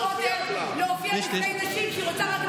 למה את לא עוזרת לשרון רוטר להופיע בפני נשים כשהיא רוצה רק נשים?